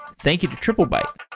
thank you to triplebyte